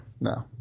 No